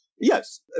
Yes